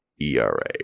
ERA